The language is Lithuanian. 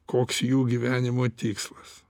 koks jų gyvenimo tikslas